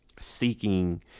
seeking